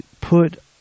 put